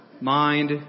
mind